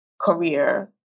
career